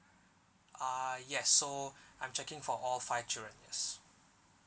uh yes so I'm checking for all five children yes